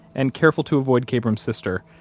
and, careful to avoid kabrahm's sister,